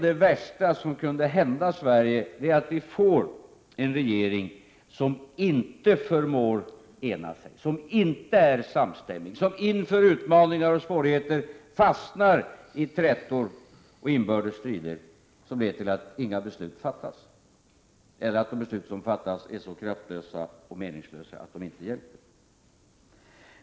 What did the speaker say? Det värsta som kunde hända Sverige är nog att vi får en regering som inte förmår ena sig, som inte är samstämmig, som inför utmaningar och svårigheter fastnar i trätor och inbördes strider, vilka leder till att inga beslut fattas eller att de beslut som fattas är så kraftlösa och meningslösa att de inte hjälper.